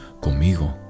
conmigo